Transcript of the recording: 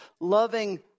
loving